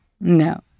No